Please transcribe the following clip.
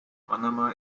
manama